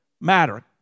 matter